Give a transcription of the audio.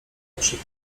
okrzyk